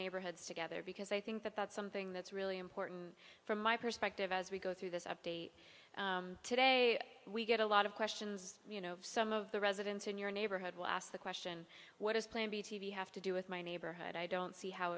neighborhoods together because i think that that's something that's really important from my perspective as we go through this update today we get a lot of questions you know some of the residents in your neighborhood will ask the question what is plan b t v have to do with my neighborhood i don't see how